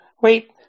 Wait